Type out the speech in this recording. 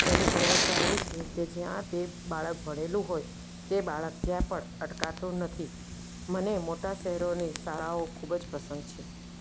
એની ગુણવત્તા એ છે કે જ્યાં તે બાળક ભણેલું હોય તે બાળક ક્યા પણ અટકાતું નથી મને મોટા શહેરોની શાળાઓ ખૂબ જ પસંદ છે